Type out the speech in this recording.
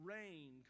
Rain